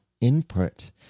input